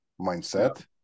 mindset